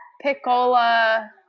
Piccola